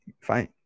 Fine